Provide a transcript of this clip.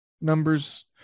numbers